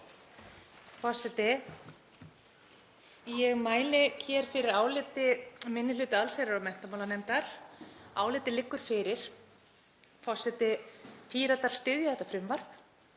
Forseti. Ég mæli hér fyrir áliti minni hluta allsherjar- og menntamálanefndar. Álitið liggur fyrir. Píratar styðja þetta frumvarp.